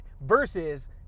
Versus